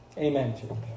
Amen